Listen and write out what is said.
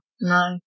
No